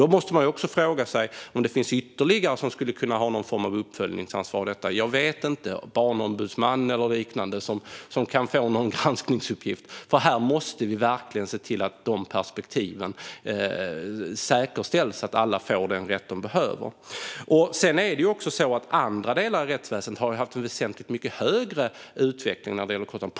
Då måste man också fråga sig om det finns ytterligare parter som skulle kunna ha någon form av uppföljningsansvar i detta - jag vet inte, en barnombudsman eller liknande - och som kan få i uppgift att granska. Vi måste verkligen se till att det säkerställs att alla får den rätt de behöver. Sedan är det så att andra delar av rättsväsendet har haft en väsentligt kraftigare utveckling när det gäller kostnaderna.